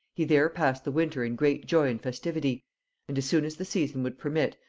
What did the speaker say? he there passed the winter in great joy and festivity and as soon as the season would permit,